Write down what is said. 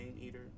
eater